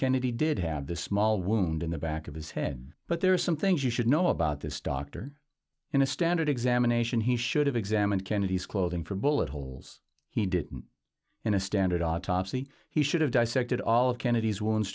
kennedy did have the small wound in the back of his head but there are some things you should know about this doctor in a standard examination he should have examined kennedy's clothing for bullet holes he did in a standard autopsy he should have dissected all of kennedy's w